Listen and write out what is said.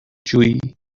جویی